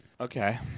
Okay